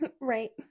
Right